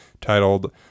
titled